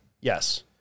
yes